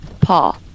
Paul